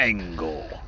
Angle